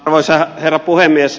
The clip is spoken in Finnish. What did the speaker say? arvoisa herra puhemies